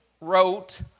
wrote